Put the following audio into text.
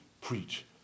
preach